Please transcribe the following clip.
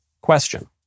question